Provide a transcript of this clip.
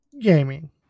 gaming